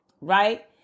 right